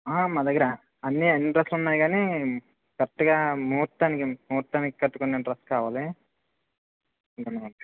ఆ మా దగర అన్నీ అన్నీ డ్రెస్లు ఉన్నాయి కాని కరెక్ట్గా ముహుర్తానికి ముహూర్తానికి కట్టుకునే డ్రస్ కావాలి